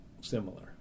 similar